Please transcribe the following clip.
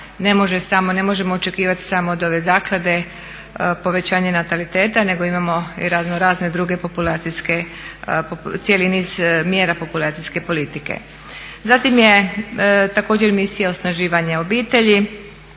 ne možemo očekivati samo od ove zaklade povećanje nataliteta nego imamo i raznorazne druge populacijske, cijeli niz mjera populacijske politike. Zatim je također misija osnaživanja obitelji,